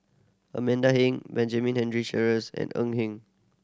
Amanda Heng Benjamin Sheares and Eng Hen